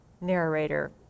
narrator